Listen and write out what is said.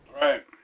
Right